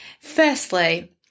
Firstly